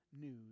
news